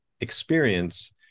experience